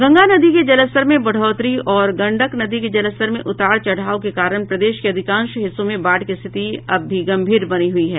गंगा नदी के जलस्तर में बढ़ोतरी और गंडक नदी के जलस्तर में उतार चढ़ाव के कारण प्रदेश के अधिकांश हिस्सों में बाढ़ की स्थिति अब भी गंभीर बनी हुई है